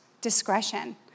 discretion